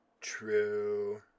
True